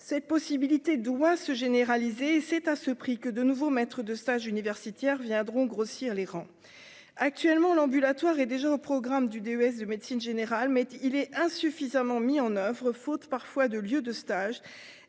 ces possibilités doit se généraliser et c'est à ce prix que de nouveau maître de stage universitaire viendront grossir les rangs actuellement l'ambulatoire est déjà au programme du DES de médecine générale, mais il est insuffisamment mis en oeuvre faute parfois de lieu de stage